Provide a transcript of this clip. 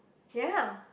ya